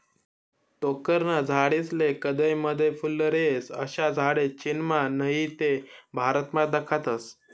टोक्करना झाडेस्ले कदय मदय फुल्लर येस, अशा झाडे चीनमा नही ते भारतमा दखातस